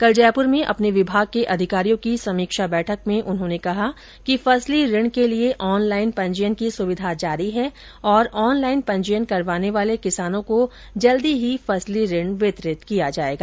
कल जयप्र में अपने विभाग के अधिकारियों की समीक्षा बैठक में उन्होंने कहा कि फसली ऋण के लिए ऑनलाईन पंजीयन की सुविधा जारी है और ऑनलाईन पंजीयन करवाने वाले किसानों को शीघ्र ही फसली ऋण वितरित किया जाएगा